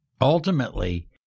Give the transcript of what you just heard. Ultimately